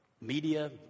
Media